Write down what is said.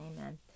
Amen